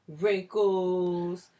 wrinkles